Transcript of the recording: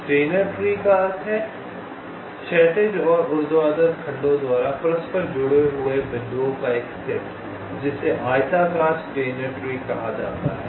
Steiner tree का अर्थ है क्षैतिज और ऊर्ध्वाधर खंडों द्वारा परस्पर जुड़े बिंदुओं का एक सेट जिसे आयताकार स्टेनर ट्री कहा जाता है